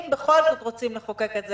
אם בכל זאת רוצים לחוקק את זה,